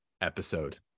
episode